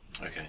okay